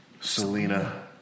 Selena